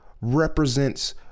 represents